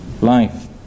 life